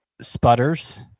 sputters